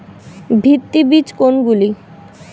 ভিত্তি বীজ কোনগুলি?